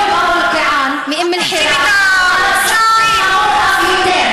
במקרה של יעקוב אבו אלקיעאן מאום אל-חיראן המצב חמור אף יותר,